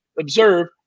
observe